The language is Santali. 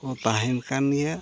ᱠᱚ ᱛᱟᱦᱮᱱ ᱠᱟᱱ ᱜᱮᱭᱟ